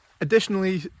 Additionally